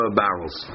barrels